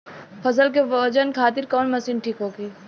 फसल के वजन खातिर कवन मशीन ठीक होखि?